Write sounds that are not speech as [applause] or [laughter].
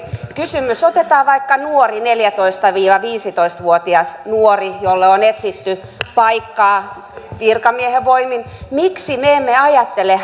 [unintelligible] kysymys otetaan vaikka neljätoista viiva viisitoista vuotias nuori jolle on etsitty paikkaa virkamiehen voimin miksi me emme ajattele [unintelligible]